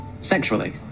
Sexually